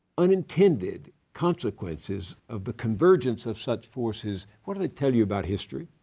unintended consequences of the convergence of such forces, what do they tell you about history,